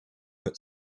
but